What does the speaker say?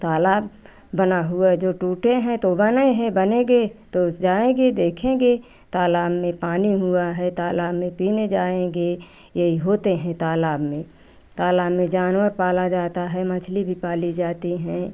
तालाब बना हुआ जो टूटे हैं तो बने है बनेगे तो जाएगे देखेंगे तालाब में पानी हुआ है तालाब में पीने जाएंगे यही होता है तालाब में तालाब में जानवर पाला जाता है मछली भी पाली जाती है